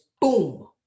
boom